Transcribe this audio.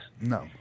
No